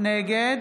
נגד